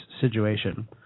situation